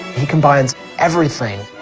he combines everything,